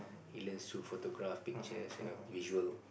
he learns through photograph pictures you know visual